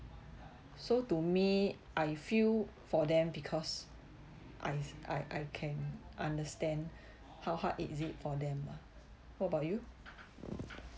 so to me I feel for them because I I I can understand how hard is it for them lah what about you